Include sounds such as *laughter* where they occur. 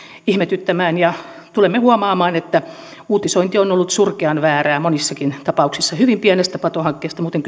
ihmetyttämään tulemme huomaamaan että uutisointi on ollut surkean väärää monissakin tapauksissa hyvin pienestä patohankkeesta muuten *unintelligible*